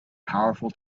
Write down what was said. powerful